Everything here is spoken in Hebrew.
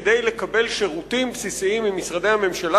כדי לקבל שירותים בסיסיים ממשרדי הממשלה,